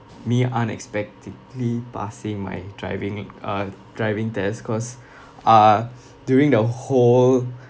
me unexpectedly passing my driving uh driving test cause uh during the whole